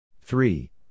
Three